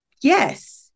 yes